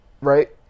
Right